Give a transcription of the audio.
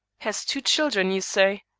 has two children, you say?